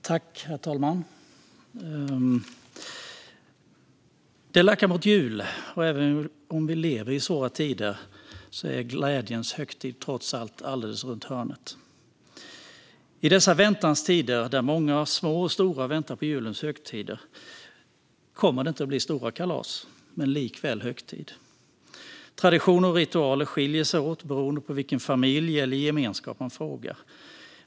Herr talman! Det lackar mot jul. Även om vi lever i svåra tider är glädjens högtid trots allt alldeles runt hörnet. I dessa väntans tider väntar många små och stora på julens högtider. Det kommer inte att bli stora kalas men likväl högtid. Traditioner och ritualer skiljer sig åt beroende på vilken familj eller gemenskap man frågar.